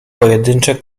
pojedyncze